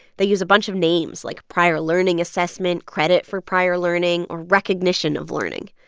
they use a bunch of names, like prior learning assessment, credit for prior learning or recognition of learning.